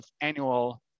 annual